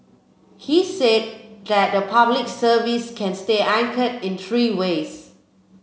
he said that the Public Service can stay anchored in three ways